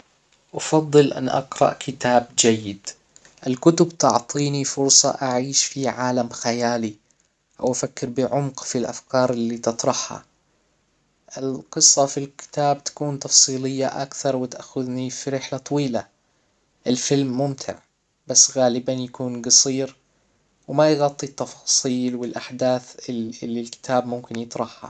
افضل ان اقرأ كتاب جيد الكتب تعطيني فرصة اعيش في عالم خيالي او افكر بعمق في الافكار اللي تطرحها القصة في الكتاب تكون تفصيلية اكثر وتاخذني في رحلة طويلة الفيلم ممتع بس غالبا يكون جصير وما يغطي التفاصيل والاحداث الل- اللى الكتاب ممكن يطرحها